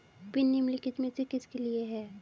Pin निम्नलिखित में से किसके लिए है?